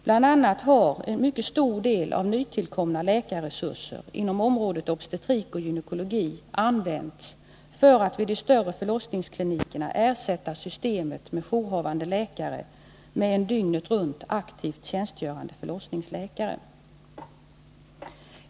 Bl.a. har en mycket stor del av nytillkomna läkarresurser inom området obstetrik-gynekologi använts för att vid de större förlossningsklinikerna ersätta systemet med jourhavande läkare med en dygnet runt aktivt tjänstgörande förlossningsläkare.